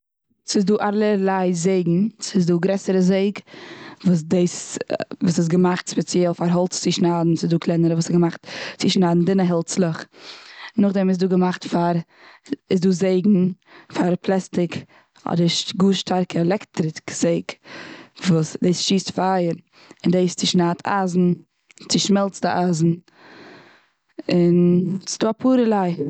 ס'איז דא אלע ערליי זעגן. ס'איז דא גרעסער זעג, וואס דאס איז א געמאכט פאר האלץ צו שניידן, ס'איז דא קלענערע צו שניידן דינע העלצלעך. נאכדעם איז דא געמאכט פאר, איז דא זעגן פאר פלאסטיק, אדער ש'- גאר שטארקע עלעקטריק זעג וואס דאס שיסט פייער, און דאס צושניידט אייזן, צושמעלצט די אייזן, און ס'איז דא אפאר ערליי.